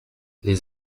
les